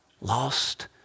lost